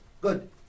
Good